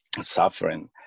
suffering